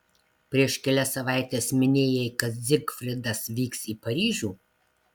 prieš kelias savaites minėjai kad zigfridas vyks į paryžių